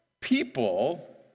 people